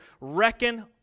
reckon